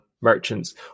merchants